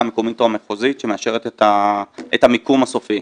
המקומית או המחוזית שמאשרת את המיקום הסופי.